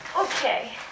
Okay